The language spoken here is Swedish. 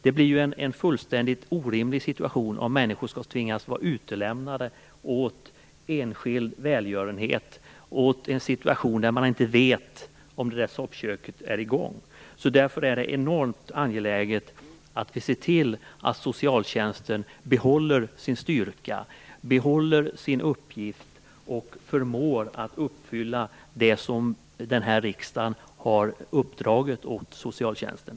Det blir ju en fullständigt orimlig situation om människor skall tvingas vara utlämnade åt enskild välgörenhet och inte på förhand kan veta om ett visst soppkök är i gång. Därför är det enormt angeläget att vi ser till att socialtjänsten behåller sin styrka, behåller sin uppgift och förmår uppfylla det som den här riksdagen har uppdragit åt socialtjänsten.